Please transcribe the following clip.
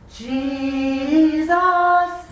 jesus